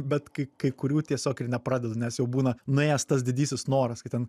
bet kai kai kurių tiesiog ir nepradedu nes jau būna nuėjęs tas didysis noras kad ten